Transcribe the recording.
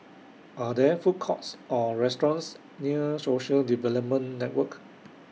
Are There Food Courts Or restaurants near Social Development Network